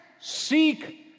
seek